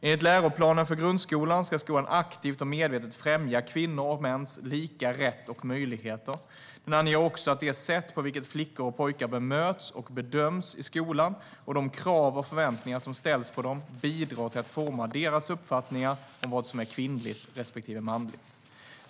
Enligt läroplanen för grundskolan ska skolan aktivt och medvetet främja kvinnors och mäns lika rätt och möjligheter. Den anger också att det sätt på vilket flickor och pojkar bemöts och bedöms i skolan, och de krav och förväntningar som ställs på dem, bidrar till att forma deras uppfattningar om vad som är kvinnligt respektive manligt.